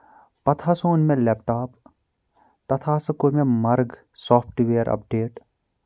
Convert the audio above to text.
پَتہٕ ہَسا اوٚن مےٚ لیپٹاپ تَتھ ہَسا کوٚر مےٚ مَرگ سافٹوِیَر اَپ ڈیٹ